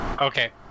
Okay